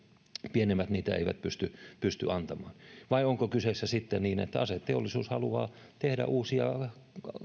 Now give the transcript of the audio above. pienemmät niitä eivät pysty pysty antamaan vai onko kyseessä sitten se että aseteollisuus haluaa tehdä uusia